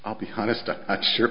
i'll be honest i'm not sure